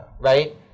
right